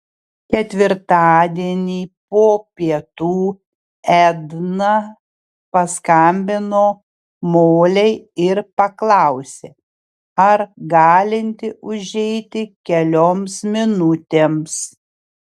ketvirtadienį po pietų edna paskambino molei ir paklausė ar galinti užeiti kelioms minutėms